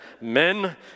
Men